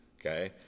okay